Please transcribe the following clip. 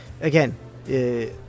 again